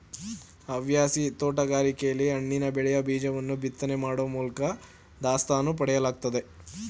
ಹವ್ಯಾಸಿ ತೋಟಗಾರಿಕೆಲಿ ಹಣ್ಣಿನ ಬೆಳೆಯ ಬೀಜವನ್ನು ಬಿತ್ತನೆ ಮಾಡೋ ಮೂಲ್ಕ ದಾಸ್ತಾನು ಪಡೆಯಲಾಗ್ತದೆ